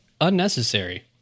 unnecessary